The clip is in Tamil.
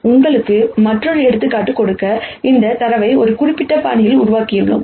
எனவே உங்களுக்கு மற்றொரு எடுத்துக்காட்டு கொடுக்க இந்தத் தரவை ஒரு குறிப்பிட்ட பாணியில் உருவாக்கியுள்ளோம்